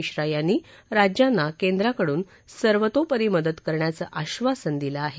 मिश्रा यांनी राज्यांना केंद्राकडून सर्वतोपरी मदत करण्याचं आधासन दिलं आहे